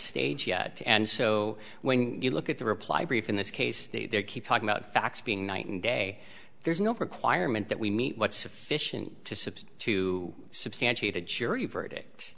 stage yet and so when you look at the reply brief in this case there keep talking about facts being night and day there's no requirement that we meet what sufficient to submit to substantiate a jury verdict